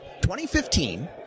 2015